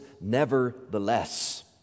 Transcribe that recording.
nevertheless